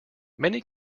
many